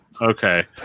Okay